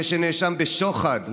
זה שנאשם בשוחד,